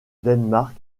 danemark